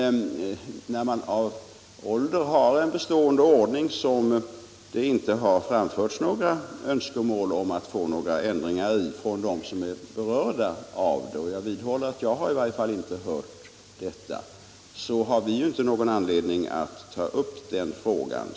Men när man av ålder har en bestående ordning som det inte framförts några önskemål om att få ändringar i från dem som är berörda — jag vidhåller att jag i varje fall inte hört något sådant — har vi inte någon anledning att ta upp den frågan.